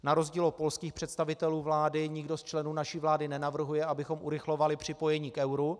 Na rozdíl od polských představitelů vlády nikdo z členů naší vlády nenavrhuje, abychom urychlovali připojení k euru.